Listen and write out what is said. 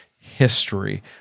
history